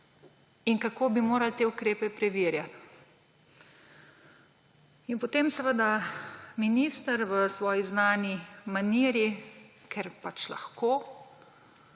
in kako bi morali te ukrepe preverjati. In potem minister v svoji znani maniri, ker pač lahko,